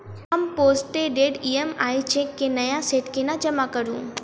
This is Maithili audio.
हम पोस्टडेटेड ई.एम.आई चेक केँ नया सेट केना जमा करू?